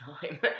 time